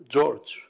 George